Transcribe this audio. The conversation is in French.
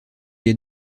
est